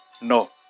no